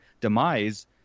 demise